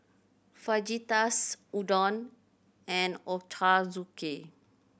Fajitas Udon and Ochazuke